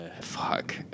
fuck